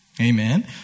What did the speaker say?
Amen